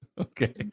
Okay